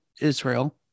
Israel